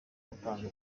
gutanga